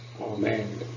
Amen